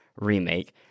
remake